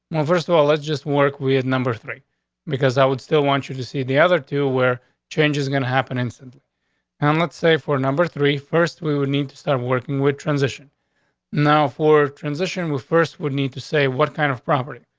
first of all, let's just work. we have number three because i would still want you to see the other two where change is gonna happen instantly and let's say for number three first we will need to start working with transition now for transition with first would need to say what kind of property?